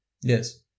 Yes